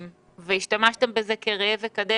השתמשתם בזה כראה וקדש.